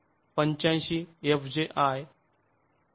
85 fji0